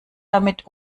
damit